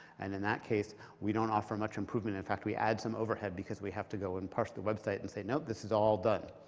and in that case, we don't offer much improvement. in fact, we add some overhead because we have to go and parse the website and say, nope, this is all done.